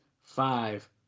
five